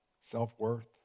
self-worth